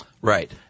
Right